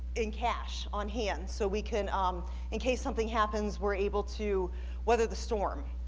in cash on hand so we can um in case something happens we're able to weather the storm